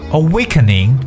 awakening